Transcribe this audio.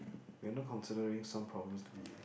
we're not considering some problems to be